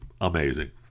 amazing